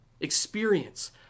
Experience